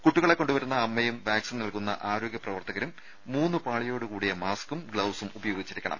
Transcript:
കുട്ടിയെ കൊണ്ടുവരുന്ന അമ്മയും വാക്സിൻ നൽകുന്ന ആരോഗ്യ പ്രവർത്തകരും മൂന്നുപാളിയോടുകൂടിയ മാസ്ക്കും ഗ്ലൌസും ഉപയോഗിച്ചിരിക്കണം